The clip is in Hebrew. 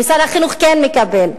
ושר החינוך כן מקבל,